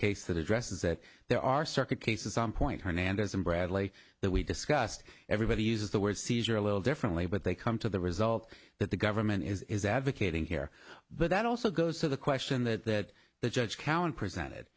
case that addresses that there are circuit cases on point hernandez and bradley that we discussed everybody uses the word seizure a little differently but they come to the result that the government is advocating here but that also goes to the question that the judge cowan presented